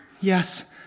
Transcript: Yes